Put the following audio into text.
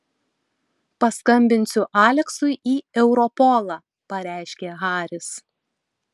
paskambinsiu aleksui į europolą pareiškė haris